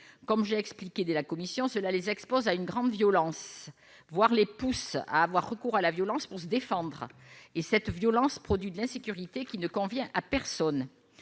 comme j'ai expliqué dès la commission cela les expose à une grande violence, voire les pousse à avoir recours à la violence pour se défendre et cette violence, produit de l'insécurité qui ne convient à personne,